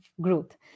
growth